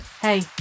Hey